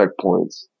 checkpoints